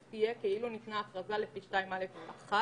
תהיה כאילו ניתנה הכרזה לפי סעיף 2(א)(1).